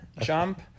jump-